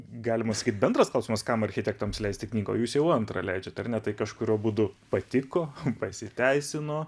galima sakyt bendras klausimas kam architektams leisti knygą o jūs jau antrą leidžiat ar ne tai kažkuriuo būdu patiko pasiteisino